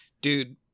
dude